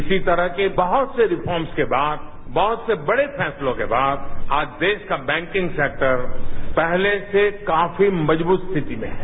इसी तरह के बहुत से रिफॉर्मस के बाद बहुत से बड़े फैसलों के बाद आज देश का बैंकिंग सेक्टर पहले से काफी मजबूत स्थिति में है